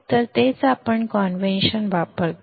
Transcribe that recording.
तर तेच आपण कॉन्व्हेंनशन वापरतो